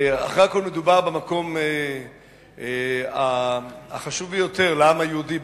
אחרי הכול מדובר במקום החשוב ביותר לעם היהודי,